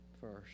first